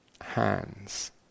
hands